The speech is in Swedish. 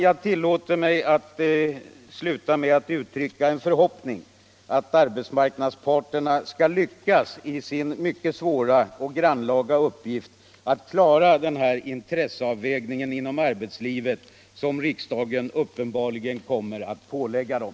Jag tillåter mig att sluta med att uttrycka en förhoppning att arbetsmarknadsparterna skall lyckas i sin mycket svåra och grannlaga uppgift att klara den intresseavvägning inom arbetslivet som riksdagen uppenbarligen kommer att pålägga dem.